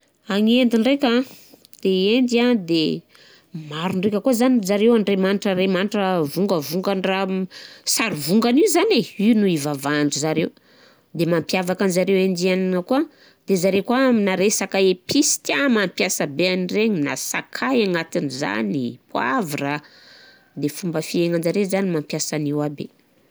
Agny Inde ndraika an, de Inde an de maro ndraika koà zany zareo andriamanitra andriamanitra, vongavongandraha, sary vongan'io zany e, io ny ivavahanzareo. De mampiavaka anzareo Indienne koà de zareo koàa amina resaka épice, tià mampiasa be an'regny na sakay agnatin'izany, poivre. Ny fomba fiaignanjareo zany mampiasa an'io aby.